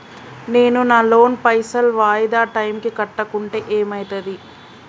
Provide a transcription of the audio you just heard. నేను నా లోన్ పైసల్ వాయిదా టైం కి కట్టకుంటే ఏమైతది?